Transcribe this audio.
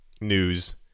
news